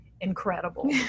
incredible